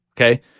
okay